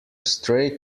stray